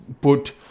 put